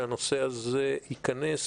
שהנושא הזה ייכנס.